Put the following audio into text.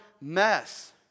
mess